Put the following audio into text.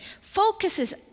focuses